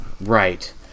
right